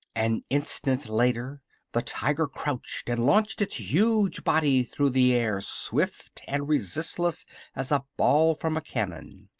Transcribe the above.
an instant later the tiger crouched and launched its huge body through the air swift and resistless as a ball from a cannon.